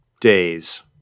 days